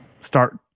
start